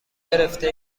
گرفته